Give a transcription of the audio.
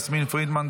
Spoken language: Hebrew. יסמין פרידמן,